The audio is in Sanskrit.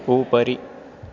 उपरि